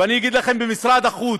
ואני אגיד לכם: במשרד החוץ,